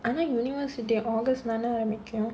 ஆனா:aanaa university august தான ஆரம்பிக்கும்:dhaana aarambikkum